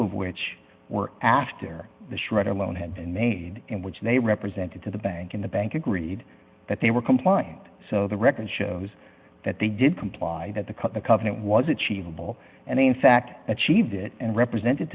of which were after the shredder loan had been made in which they represented to the bank in the bank agreed that they were compliant so the record shows that they did comply that the cut the covenant was achievable and in fact that she did it and represented